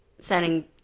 setting